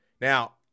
Now